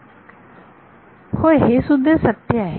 विद्यार्थी बरोबर होय हे सुद्धा सत्य आहे